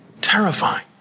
Terrifying